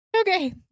Okay